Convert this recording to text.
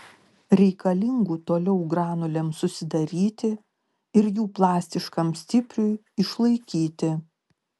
reikalingų toliau granulėms susidaryti ir jų plastiškam stipriui išlaikyti